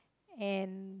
and